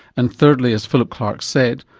and thirdly, as philip clarke said,